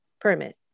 permit